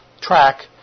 track